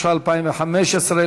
התשע"ה 2015,